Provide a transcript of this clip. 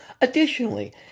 Additionally